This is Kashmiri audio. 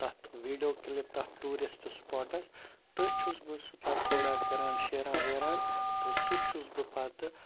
تَتھ ویٖڈیو کِلِپ تَتھ ٹوٗرِسٹ سٕپاٹَس تٔتھۍ چھُس بہٕ سُہ پَتہٕ تھوڑا کَران شیران ویران تہٕ سُہ چھُس بہٕ پَتہٕ